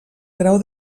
grau